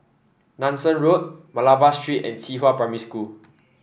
Nanson Road Malabar Street and Qihua Primary School